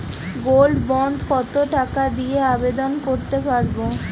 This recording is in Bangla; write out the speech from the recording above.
গোল্ড বন্ড কত টাকা দিয়ে আবেদন করতে পারবো?